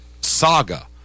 saga